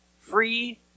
free